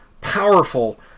powerful